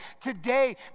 today